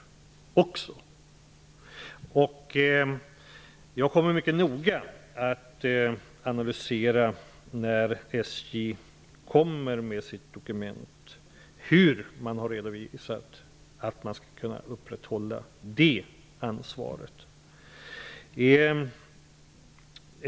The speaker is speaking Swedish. Jag kommer mycket noga att analysera hur man har redovisat att man skall kunna upprätthålla det ansvaret när SJ kommer med sitt dokument.